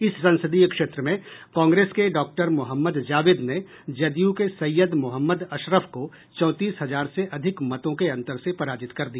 इस संसदीय क्षेत्र में कांग्रेस के डॉ मोहम्मद जावेद ने जदयू के सैयद मोहम्मद अशरफ को चौंतीस हजार से अधिक मतों के अंतर से पराजित कर दिया